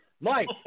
Mike